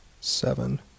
seven